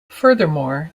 furthermore